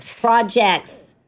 projects